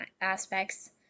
aspects